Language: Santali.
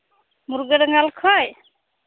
ᱢᱩᱨᱜᱟᱹᱰᱟᱸᱜᱟᱞ ᱠᱷᱚᱱ